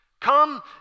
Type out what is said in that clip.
Come